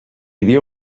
havia